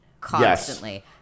constantly